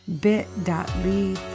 bit.ly